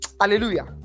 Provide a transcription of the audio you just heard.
Hallelujah